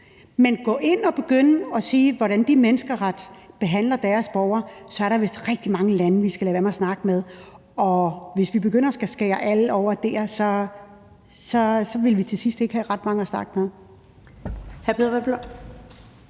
vi går ind og begynder at se på, hvordan de menneskeretligt behandler deres borgere, så er der vist rigtig mange lande, vi skal lade være med at snakke med. Og hvis vi begyndte at skære alle over en kam der, ville vi til sidst ikke have ret mange at snakke med.